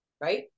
Right